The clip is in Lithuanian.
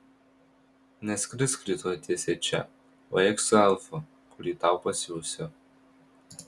neskrisk rytoj tiesiai čia o eik su elfu kurį tau pasiųsiu